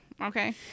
okay